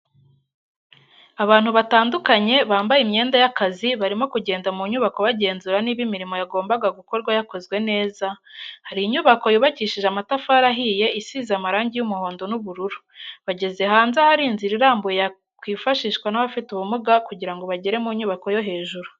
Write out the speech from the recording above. Abantu batandukanye bambaye imyenda y'akazi barimo kugenda mu nyubako bagenzura niba imirimo yagombaga gukorwa yarakozwe neza, hari inyubako yubakishije amatafari ahiye isize amarangi y'umuhondo n'ubururu, bageze hanze ahari inzira irambuye yakwifashishwa n'abafite ubumuga kugirango bagere mu nyubako yo hejuru.